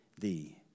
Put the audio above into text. Thee